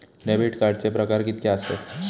Debit कार्डचे प्रकार कीतके आसत?